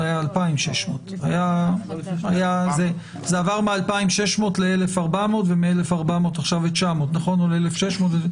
זה היה 2,600. זה עבר מ-2,600 ל-1,400 ומ-1,400 או ל-1,600 עכשיו ל-900.